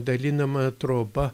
dalinama troba